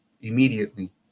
immediately